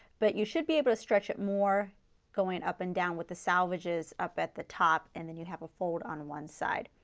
but you should be able to stretch it more going up and down with the salvages up at the top and then you have a fold on one side.